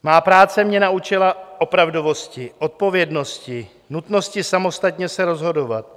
Má práce mě naučila opravdovosti, odpovědnosti, nutnosti samostatně se rozhodovat.